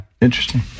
Interesting